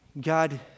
God